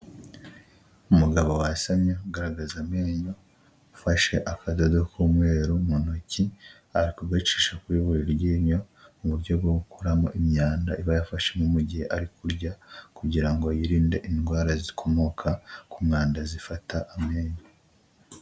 Umugabo wasamye ugaragaza amenyo, ufashe akadodo k'umweru mu ntoki, ari kugacisha ku buri ryinyo mu buryo bwo gukuramo imyanda iba yafashemo mu gihe ari kurya kugira ngo yirinde indwara zikomoka ku mwanda zifata amenyo.